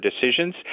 decisions